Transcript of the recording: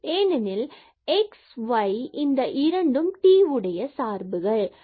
ஏனெனில் x மற்றும் y இந்த இரண்டும் t உடைய சார்புகள் ஆகும்